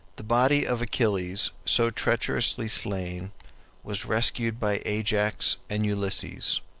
the body of achilles so treacherously slain was rescued by ajax and ulysses.